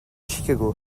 chicago